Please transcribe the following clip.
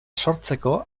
sortzeko